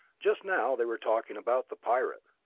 just now they were talking about the pirate.